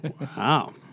Wow